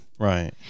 right